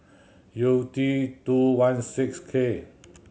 U T two one six K